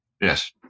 Yes